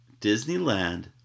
Disneyland